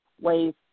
ways